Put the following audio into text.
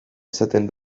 izaten